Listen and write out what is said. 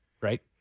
Right